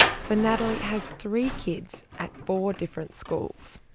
so natalie has three kids at four different schools.